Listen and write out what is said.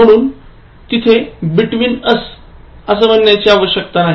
म्हणून तिथे between us असं म्हणण्याची आवश्यकता नाही